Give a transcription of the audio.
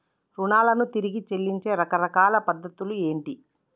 రుణాలను తిరిగి చెల్లించే రకరకాల పద్ధతులు ఏంటి?